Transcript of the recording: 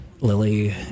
Lily